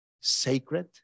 sacred